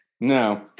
No